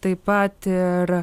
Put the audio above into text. taip pat ir